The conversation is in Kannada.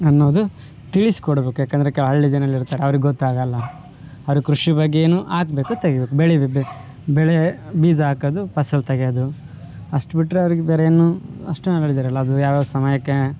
ಅನ್ನೋದು ತಿಳಿಸಿಕೊಡ್ಬೇಕು ಯಾಕಂದರೆ ಹಳ್ಳಿ ಜನಗಳಿರ್ತಾರೆ ಅವರಿಗೆ ಗೊತ್ತಾಗೋಲ್ಲ ಅವರಿಗೆ ಕೃಷಿ ಬಗ್ಗೆ ಏನು ಹಾಕ್ಬೇಕು ತೆಗಿಬೇಕು ಬೆಳಿಬೇಕು ಬೆಳೆ ಬೀಜ ಹಾಕೋದು ಫಸ್ಲು ತೆಗೆಯೋದು ಅಷ್ಟು ಬಿಟ್ಟರೆ ಅವರಿಗೆ ಬೇರೇನು ಅಷ್ಟಟು ನಾಲೆಡ್ಜ್ ಇರೋಲ್ಲ ಅದು ಯಾವ ಯಾವ ಸಮಯಕ್ಕೆ